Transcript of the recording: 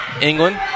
England